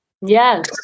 Yes